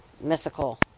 mythical